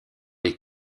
les